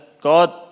God